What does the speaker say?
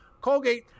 Colgate